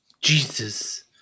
Jesus